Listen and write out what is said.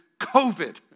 COVID